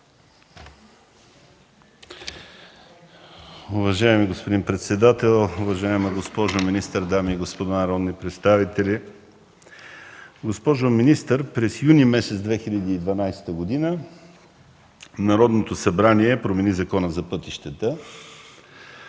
Уважаеми господин председател, уважаема госпожо министър, дами и господа народни представители! Госпожо министър, през месец юни 2012 г. Народното събрание промени Закона за пътищата,